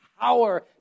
power